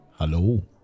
Hello